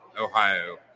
Ohio